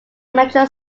metro